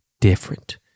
different